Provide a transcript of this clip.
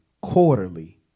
quarterly